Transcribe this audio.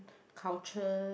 culture